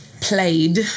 played